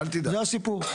זה הסיפור.